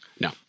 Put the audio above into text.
No